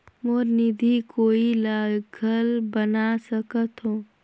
मोर निधि कोई ला घल बना सकत हो?